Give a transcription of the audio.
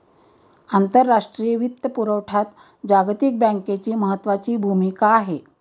आंतरराष्ट्रीय वित्तपुरवठ्यात जागतिक बँकेची महत्त्वाची भूमिका आहे